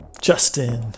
Justin